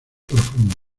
profunda